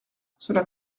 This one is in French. cela